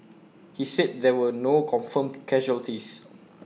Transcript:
he said there were no confirmed casualties